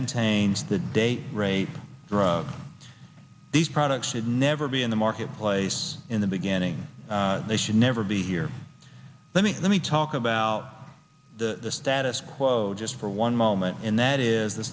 contains the date rape drug these products should never be in the marketplace in the beginning they should never be here let me let me talk about the status quo just for one moment and that is the